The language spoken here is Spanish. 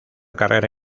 carrera